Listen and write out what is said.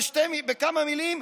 בכמה מילים,